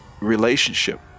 relationship